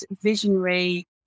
visionary